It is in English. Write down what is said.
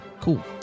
Cool